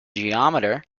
geometer